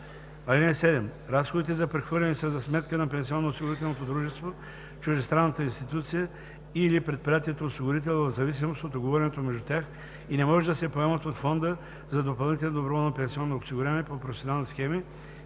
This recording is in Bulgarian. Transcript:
(7) Разходите за прехвърляне са за сметка на пенсионноосигурителното дружество, чуждестранната институция и/или предприятието осигурител в зависимост от уговореното между тях и не може да се поемат от фонда за допълнително доброволно пенсионно осигуряване по професионални схеми